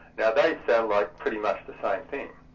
now they sound like pretty much the same thing,